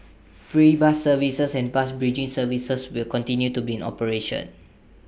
free bus services and bus bridging services will continue to be in operation